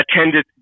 attended